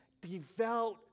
devout